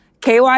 KY